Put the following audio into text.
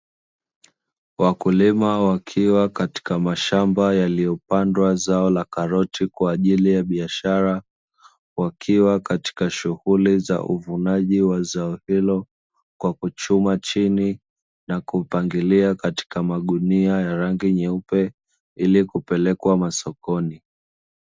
Wakulima wakiwa katika mashamba, yaliyopandwa zao la karoti kwaajili ya biashara wakiwa katika shughuli za uvunaji wa zao hilo kwa kuchuma chini na kupangilia katika magunia ya rangi nyeupe, ili kupelekwa masokoni.